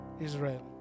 Israel